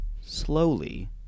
slowly